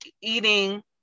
eating